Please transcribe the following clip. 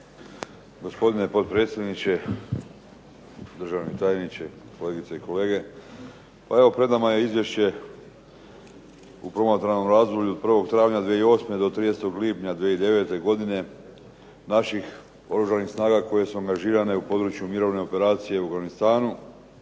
Gospodine potpredsjedniče, državni tajniče, kolegice i kolege. Pa evo, pred nama je izvješće u promatranom razdoblju od 1. travnja 2008. do 30. lipnja 2009. godine naših Oružanih snaga koje su angažirane u području mirovne operacije u Afganistanu,